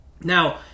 Now